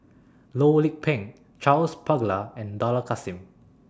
Loh Lik Peng Charles Paglar and Dollah Kassim